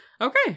Okay